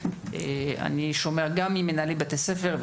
אני שומע גם ממנהלי בתי-ספר,